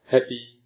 Happy